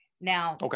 Now